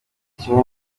kimwe